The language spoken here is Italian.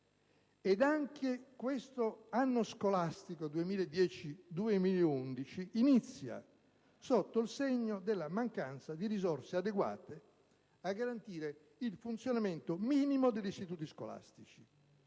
Anche questo anno scolastico 2010-2011 inizia sotto il segno della mancanza di risorse adeguate a garantire il funzionamento minimo degli istituti scolastici: